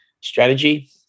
strategy